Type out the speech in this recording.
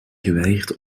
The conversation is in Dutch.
geweigerd